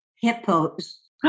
hippos